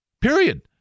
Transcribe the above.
Period